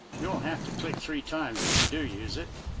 you'll have to click three times if you do use it.